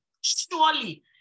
surely